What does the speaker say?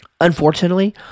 unfortunately